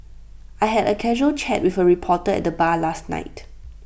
I had A casual chat with A reporter at the bar last night